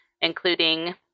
including